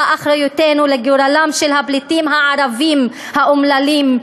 אחריותנו לגורלם של הפליטים הערבים האומללים,